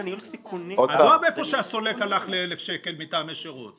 עזוב איפה שהסולק הלך לאלף שקלים מטעמי שרות,